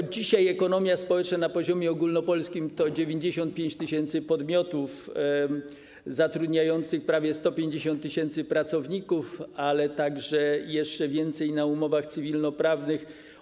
Dzisiaj ekonomia społeczna na poziomie ogólnopolskim to 95 tys. podmiotów zatrudniających prawie 150 tys. pracowników, a także jeszcze więcej na umowach cywilnoprawnych.